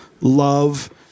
love